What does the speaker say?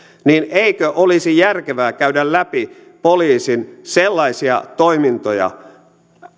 niin eikö olisi järkevää käydä läpi poliisin sellaisia toimintoja